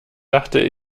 dachte